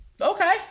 Okay